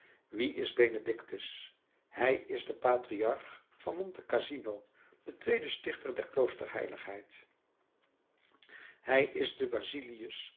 wie is benedictus hij is de patriarch van monte cassino de tweede stichter der klooster heiligheid hij is de